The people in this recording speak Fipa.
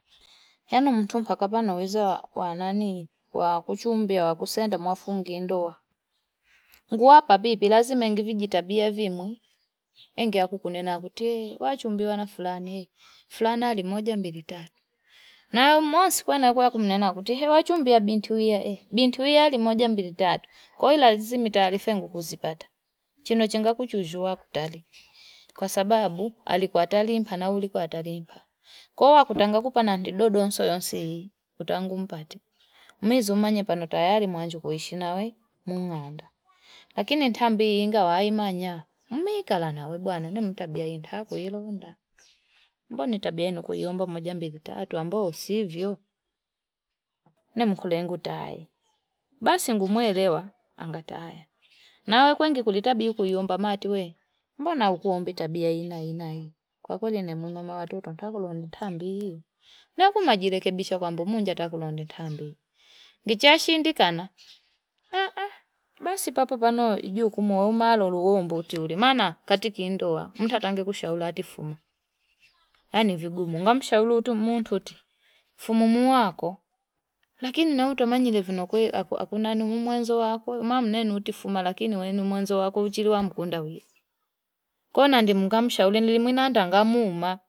Yanu mtumpa kapana weza wana ni kuwa kuchumbia wa kusenda mwafungi indowa. Ngu wapa bibi lazime ngivijitabia vimu. Engia kukunena kutee, wachumbia wana fulani. Fulana li moja mbili tatu. Na monsi kwena kuneena kutee, wachumbia bintuia. Bintuia li moja mbili tatu. Koi lazimi tarifengu kuzipata. Chino chinga kuchujua kutarifu. Kwa sababu alikuwa atalimpa na ulikuwa atalimpa. Kuwa kutangakupa na ndido donso yonsi, kutangumpati. Mwezi umanye panotayari mwanju kuhishina we, munganda. Lakini ntambi inga waimanya. Mwikala na webwana. Nenu mtabia inataku ilo onda. Mbo nitabia inu kuyomba moja mbili tatu. Mbo osivyo? Nenu mkule ngu taye. Basi ngu mwelewa, angataye. Na weku engi kulitabiu kuyomba mati we. Mbo na ukuombi tabia inayinayi? Kwa kujine mnuma watoto, natakula onda ntambi. Na uku majirekebisha kwa mbo mnja natakula onda ntambi. Gichashindi kana? Haa haa. Basi papapa nojuu kumuwa umalolo uombo utuli. Mana, katiki indowa, mtataange kushaula atifuma. La ni vigu, mungamu shaulu utumututi. Fumumu wako. Lakini na utu manjile vinokwe. Hakuna anumuenzo wako. Umamu nenu utifuma, lakini anumuenzo wako. Uchili wa mkunda we. Kuna ndi mungamu shaulu nilimuina danga muma.